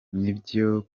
nibyo